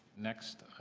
next,